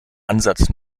ansatz